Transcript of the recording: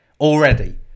already